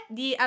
di